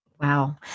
Wow